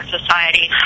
Society